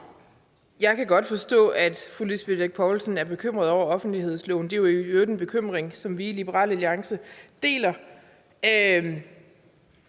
Jeg kan godt forstå, at fru Lisbeth Bech Poulsen er bekymret over offentlighedsloven. Det er i øvrigt en bekymring, som vi deler i Liberal Alliance.